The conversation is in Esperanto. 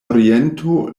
oriento